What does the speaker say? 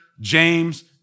James